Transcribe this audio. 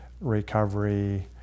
recovery